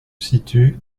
situe